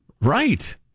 Right